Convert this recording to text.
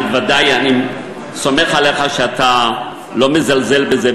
בוודאי אני סומך עליך שאתה לא מזלזל בזה,